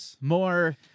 more